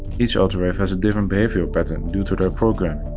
each autoreiv has a different behavioral pattern due to their programming.